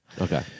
Okay